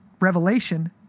revelation